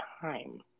time